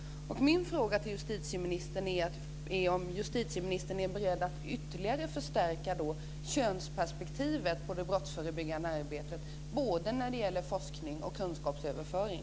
Min fråga till justitieministern är om han är beredd att ytterligare förstärka könsperspektivet på det brottsförebyggande arbetet när det gäller både forskning och kunskapsöverföring.